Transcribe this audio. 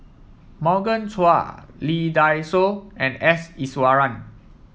Morgan Chua Lee Dai Soh and S Iswaran